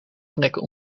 plekken